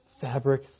Fabric